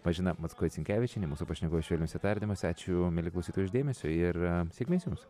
mažena mackoit sinkevičienė mūsų pašnekovė švelniuose tardymuose ačiū mieli klausytojai už dėmesį ir sėkmės jums